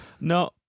No